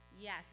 Yes